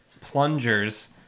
plungers